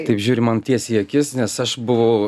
taip žiūri man tiesiai į akis nes aš buvau